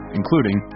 including